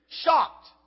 shocked